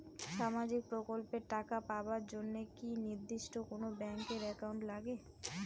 সামাজিক প্রকল্পের টাকা পাবার জন্যে কি নির্দিষ্ট কোনো ব্যাংক এর একাউন্ট লাগে?